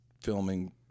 filming